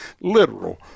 literal